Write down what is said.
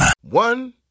One